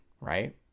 right